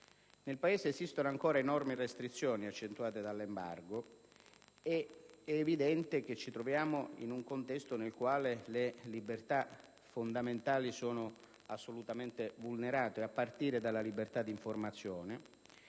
Nel Paese esistono ancora enormi restrizioni accentuate dall'embargo ed è evidente che ci troviamo in un contesto nel quale le libertà fondamentali sono assolutamente vulnerate, a partire dalla libertà d'informazione,